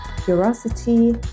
Curiosity